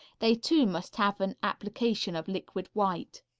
they too must have an application of liquid white.